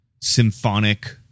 symphonic